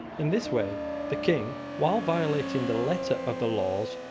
in this way the king, while violating the letter of the laws,